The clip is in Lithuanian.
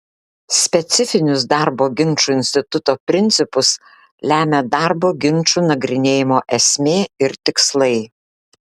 specifinius darbo ginčų instituto principus lemia darbo ginčų nagrinėjimo esmė ir tikslai